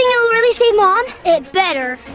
it will really save mom? it better!